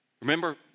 Remember